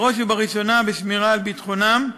בראש ובראשונה בשמירה על ביטחונם.